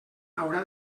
haurà